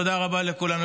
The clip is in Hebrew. תודה רבה לכולם,